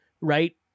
right